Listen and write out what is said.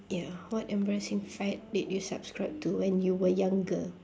ya what embarrassing fad did you subscribe to when you were younger